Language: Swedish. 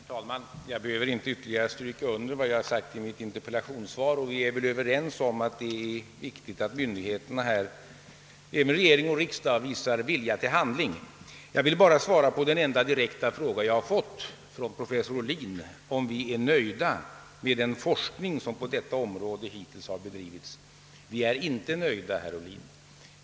Herr talman! Jag behöver inte ytterligare stryka under vad jag sagt i mitt interpellationssvar. Vi är väl överens om vikten av att myndigheterna, även regering och riksdag, här visar vilja till handling. Jag vill bara svara på den enda direkta fråga jag fått. Professor Ohlin undrade om vi är nöjda med den forskning som hittills har bedrivits på detta område. Vi är inte nöjda, herr Ohlin.